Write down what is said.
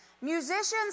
Musicians